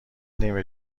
نیمه